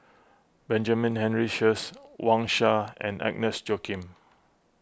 Benjamin Henry Sheares Wang Sha and Agnes Joaquim